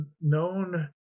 known